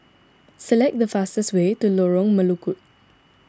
select the fastest way to Lorong Melukut